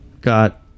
got